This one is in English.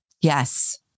yes